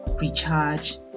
recharge